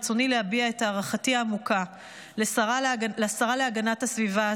ברצוני להביע את הערכתי העמוקה לשרה להגנת הסביבה,